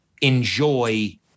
enjoy